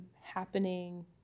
happening